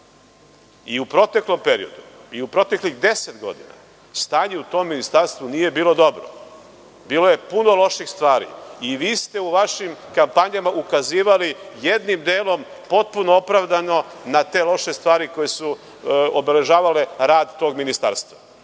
U proteklom periodu, i u proteklih 10 godina stanje u tom ministarstvu nije bilo dobro, bilo je puno loših stvari. Vi ste u vašim kampanjama ukazivali jednim delom potpuno opravdano na te loše stvari koje su obeležavale rad tog ministarstva